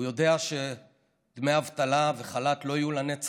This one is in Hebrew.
הוא יודע שדמי אבטלה וחל"ת לא יהיו לנצח,